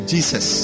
Jesus